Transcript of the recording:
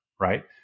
right